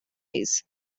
wise